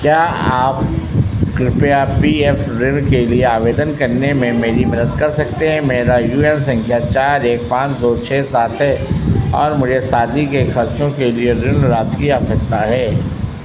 क्या आप कृपया पी एफ ऋण के लिए आवेदन करने में मेरी मदद कर सकते हैं मेरा यू ए एन संख्या चार एक पाँच दो छः सात है और मुझे शादी के ख़र्चों के लिए ऋण राशि की आवश्यकता है